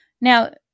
Now